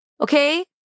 Okay